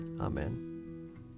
Amen